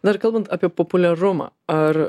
na ir kalbant apie populiarumą ar